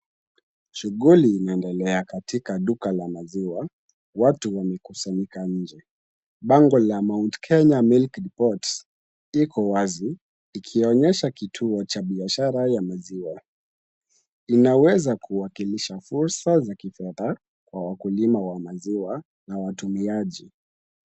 Shughuli inaendelea katika duka la maziwa, watu wamekusanyika nje. Bango la Mt Kenya milk depot iko wazi, ikionyesha kituo cha biashara ya maziwa. Inaweza kuwakilisha fursa za kifedha kwa wakulima wa maziwa na watumiaji.